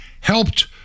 helped